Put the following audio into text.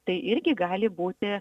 tai irgi gali būti